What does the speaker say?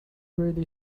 really